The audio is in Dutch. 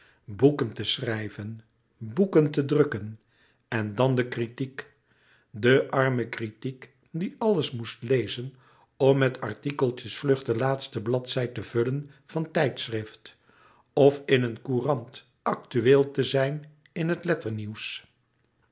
boeken te schrijven boeken te drukken en dan de kritiek de arme kritiek die alles moest lezen om met artikeltjes vlug de laatste bladzij te vullen van tijdschrift of in een courant actueel te zijn in het